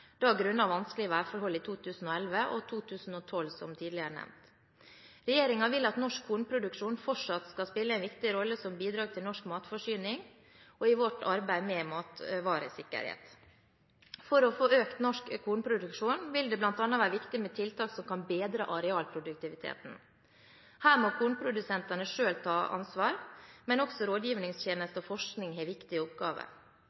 vanskelige værforhold i 2011 og 2012, som tidligere nevnt. Regjeringen vil at norsk kornproduksjon fortsatt skal spille en viktig rolle som bidrag til norsk matforsyning og i vårt arbeid med matvaresikkerhet. For å få økt norsk kornproduksjon vil det bl.a. være viktig med tiltak som kan bedre arealproduktiviteten. Her må kornprodusentene selv ta ansvar, men også